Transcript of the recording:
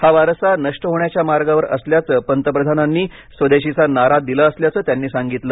हा वारसा नष्ट होण्याच्या मार्गावर असल्यानं पंतप्रधानांनी स्वदेशीचा नारा दिला असल्याचं त्यांनी सांगितलं